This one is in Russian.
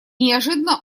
неожиданно